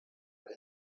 rent